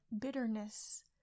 bitterness